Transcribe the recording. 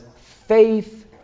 faith